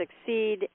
succeed